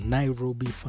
Nairobi